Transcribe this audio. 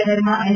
શહેરમાં એસ